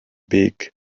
big